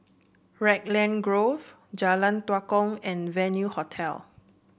Raglan Grove Jalan Tua Kong and Venue Hotel